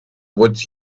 would